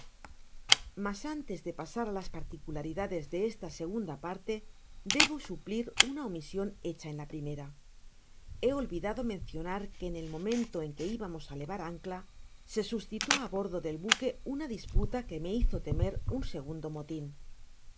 mas antes de pasar á las particularidades de esta segunda parte debo suplir una omision hecha en la primera he olvidado mencionar que en el momento en que ibamos á levar ancla se suscitó á bordo del buque una disputa que me hizo temer un segundo motin